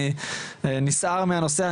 אני נסער מהנושא,